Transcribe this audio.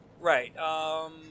Right